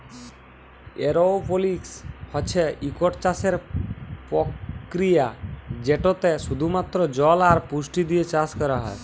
এরওপলিক্স হছে ইকট চাষের পরকিরিয়া যেটতে শুধুমাত্র জল আর পুষ্টি দিঁয়ে চাষ ক্যরা হ্যয়